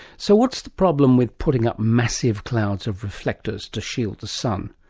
so what's the problem with putting up massive clouds of reflectors to shield the sun?